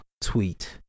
tweet